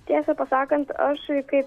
tiesą pasakant aš kaip